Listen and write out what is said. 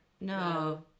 no